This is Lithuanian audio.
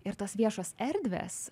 ir tos viešos erdvės